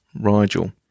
Rigel